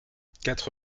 quatre